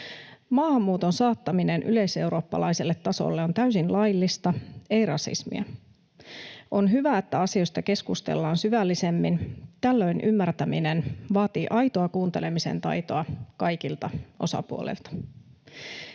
Maahanmuuton saattaminen yleiseurooppalaiselle tasolle on täysin laillista, ei rasismia. On hyvä, että asioista keskustellaan syvällisemmin. Tällöin ymmärtäminen vaatii aitoa kuuntelemisen taitoa kaikilta osapuolilta.